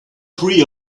three